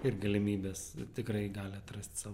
ir galimybes tikrai gali atrasti sau